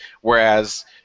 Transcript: Whereas